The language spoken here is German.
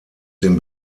den